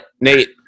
nate